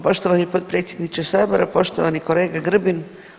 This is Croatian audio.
Poštovani potpredsjedniče sabora, poštovani kolega Grbin.